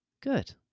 Good